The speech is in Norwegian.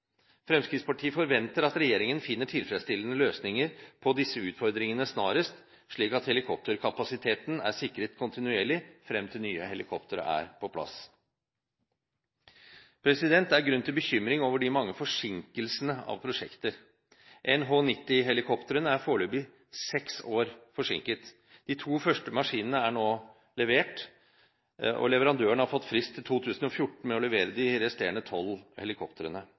Fremskrittspartiet forventer at regjeringen finner tilfredsstillende løsninger på disse utfordringene snarest, slik at helikopterkapasiteten er sikret kontinuerlig frem til nye helikoptre er på plass. Det er grunn til bekymring over de mange forsinkelsene av prosjekter. NH90-helikoptrene er foreløpig seks år forsinket. De to første maskinene er nå levert, og leverandøren har fått frist til 2014 med å levere de resterende tolv helikoptrene.